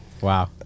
Wow